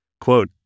Quote